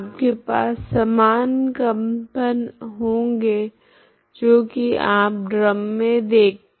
आपके पास समान कंपन होगे जो की आप ड्रम मे देखते है